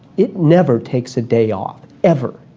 it never takes a day off, ever,